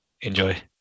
Enjoy